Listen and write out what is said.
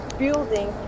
building